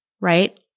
right